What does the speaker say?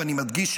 ואני מדגיש,